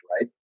right